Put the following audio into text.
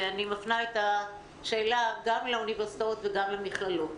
ואני מפנה את השאלה גם לאוניברסיטאות וגם למכללות.